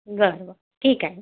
बर बर ठीक आहे